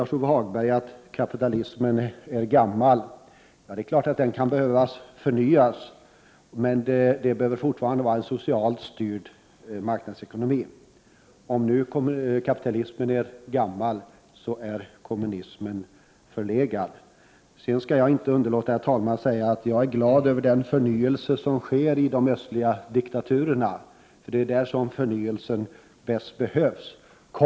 Lars-Ove Hagberg säger att kapitalismen är gammal. Ja, det är klart att den kan behöva förnyas, men det behövs fortfarande en socialt styrd marknadsekonomi. Om nu kapitalismen är gammal så är kommunismen förlegad! Jag skall inte underlåta att säga, herr talman, att jag är glad över den förnyelse som sker i de östliga diktaturerna, därför att det är där som förnyelsen bäst behövs.